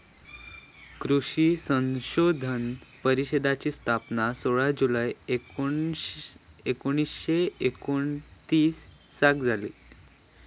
कृषी संशोधन परिषदेची स्थापना सोळा जुलै एकोणीसशे एकोणतीसाक झाली